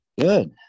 Good